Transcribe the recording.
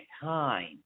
time